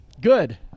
good